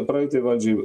praeitai valdžiai